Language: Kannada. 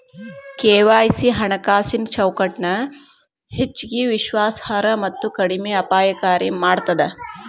ಕೆ.ವಾಯ್.ಸಿ ಹಣಕಾಸಿನ್ ಚೌಕಟ್ಟನ ಹೆಚ್ಚಗಿ ವಿಶ್ವಾಸಾರ್ಹ ಮತ್ತ ಕಡಿಮೆ ಅಪಾಯಕಾರಿ ಮಾಡ್ತದ